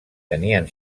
tenien